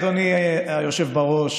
אדוני היושב בראש,